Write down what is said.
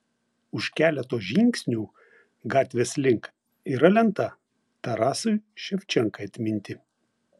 už keleto žingsnių gatvės link yra lenta tarasui ševčenkai atminti